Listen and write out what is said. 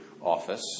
office